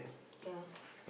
ya